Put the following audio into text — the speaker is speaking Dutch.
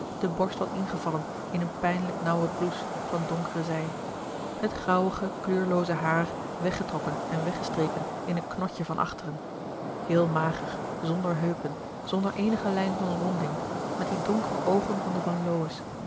de borst wat ingevallen in een pijnlijk nauwe blouse van donkere zij het grauwige kleurlooze haar weggetrokken en weggestreken in een knotje van achteren heel mager zonder heupen zonder eenige lijn van ronding met die donkere oogen van de van lowe's